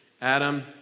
Adam